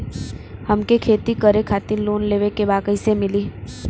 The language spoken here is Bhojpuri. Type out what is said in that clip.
हमके खेती करे खातिर लोन लेवे के बा कइसे मिली?